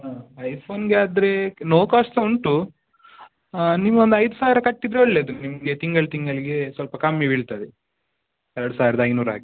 ಹಾಂ ಐಫೋನಿಗೆ ಆದರೆ ನೋ ಕಾಸ್ಟ್ ಉಂಟು ನೀವು ಒಂದು ಐದು ಸಾವಿರ ಕಟ್ಟಿದರೆ ಒಳ್ಳೆಯದು ನಿಮಗೆ ತಿಂಗಳು ತಿಂಗಳಿಗೆ ಸ್ವಲ್ಪ ಕಮ್ಮಿ ಬೀಳ್ತದೆ ಎರಡು ಸಾವಿರದ ಐನೂರು ಹಾಗೆ